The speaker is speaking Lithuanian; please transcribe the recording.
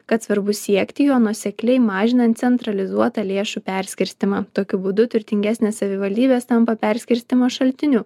kad svarbu siekti jo nuosekliai mažinant centralizuotą lėšų perskirstymą tokiu būdu turtingesnės savivaldybės tampa perskirstymo šaltiniu